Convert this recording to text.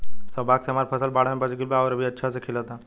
सौभाग्य से हमर फसल बाढ़ में बच गइल आउर अभी अच्छा से खिलता